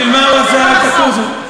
בשביל מה הוא עשה את הקורס הזה?